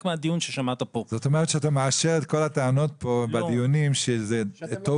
זאת אומרת שאתה מאשר את כל הטענות בדיונים שמדובר